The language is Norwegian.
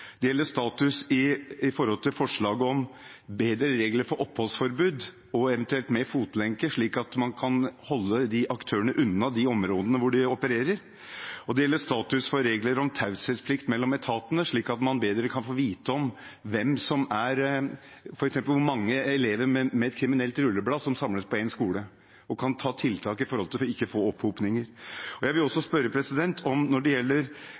Det gjelder status til forslag om bedre regler for oppholdsforbud, eventuelt med fotlenke, slik at man kan holde aktørene unna de områdene hvor de opererer. Og det gjelder status for regler om taushetsplikt mellom etatene, slik at man bedre kan få vite f.eks. hvor mange elever med kriminelt rulleblad som samles på én skole, og kan ha tiltak for ikke å få opphopinger. Jeg vil også spørre, når det gjelder